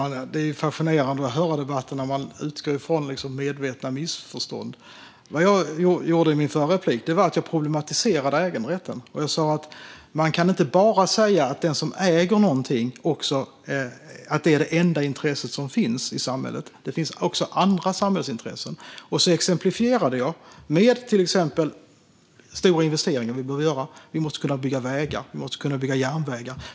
Fru talman! Det är fascinerande att höra en debatt där man utgår ifrån medvetna missförstånd. Vad jag gjorde i mitt förra inlägg var att problematisera äganderätten. Jag sa att man inte kan säga att ägande är det enda intresset som finns i samhället utan att det även finns andra samhällsintressen. Jag exemplifierade detta med till exempel stora investeringar som vi behöver göra: Vi måste kunna bygga vägar, och vi måste kunna bygga järnvägar.